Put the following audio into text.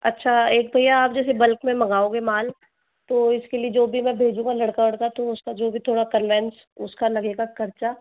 अच्छा एक तो ये आप जैसे बल्क में मंगाओगे माल तो इसके लिए जो भी मैं भेजूँगा लड़का वड़का तो उसका जो भी थोड़ा कनवेन्स उसका लगेगा खर्चा